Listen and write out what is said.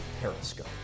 Periscope